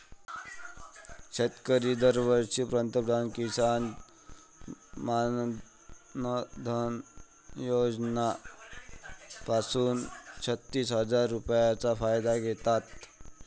शेतकरी दरवर्षी पंतप्रधान किसन मानधन योजना पासून छत्तीस हजार रुपयांचा फायदा घेतात